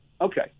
okay